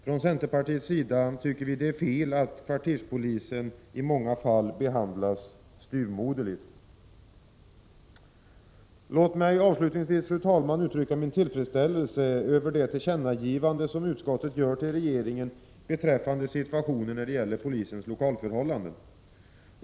Vi i centerpartiet tycker att det är fel att kvarterspolisen i många fall behandlas styvmoderligt. Låt mig, fru talman, avslutningsvis uttrycka min tillfredsställelse över det tillkännagivande som utskottet gör till regeringen om situationen när det gäller polisens lokalförhållanden.